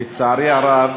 לצערי הרב,